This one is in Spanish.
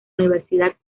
universidad